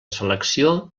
selecció